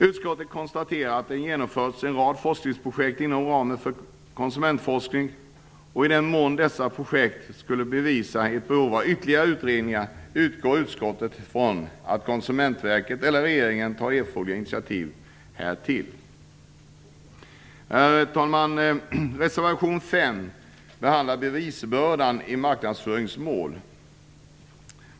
Utskottet konstaterar att det genomförs en rad forskningsprojekt inom ramen för konsumentforskningen. I den mån dessa projekt skulle påvisa ett behov av ytterligare utredningar utgår utskottet från att Konsumentverket eller regeringen tar erforderliga initiativ härtill. Herr talman! I reservation 5 behandlas frågan om bevisbördan i marknadsföringsmål.